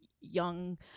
young